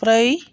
ब्रै